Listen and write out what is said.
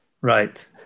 Right